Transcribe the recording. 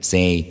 Say